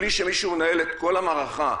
בלי שמישהו מנהל את כל המערכה,